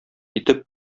итеп